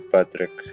Patrick